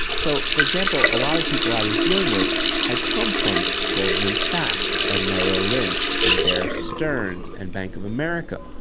so, for example, a lot of the people i was dealing with had come from goldman sachs and merrill lynch and bear stearns and bank of america,